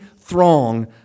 throng